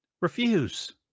refuse